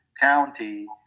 county